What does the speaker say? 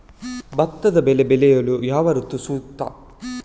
ಭತ್ತದ ಬೆಳೆ ಬೆಳೆಯಲು ಯಾವ ಋತು ಸೂಕ್ತ?